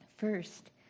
First